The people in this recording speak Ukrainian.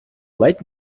ледь